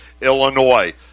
Illinois